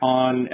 on